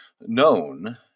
known